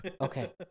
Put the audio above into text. Okay